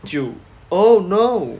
就 oh no